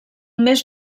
més